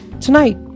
Tonight